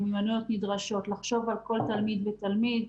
מיומנויות נדרשות, לחשוב על כל תלמיד ותלמיד.